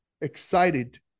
excited